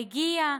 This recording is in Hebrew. הגיע,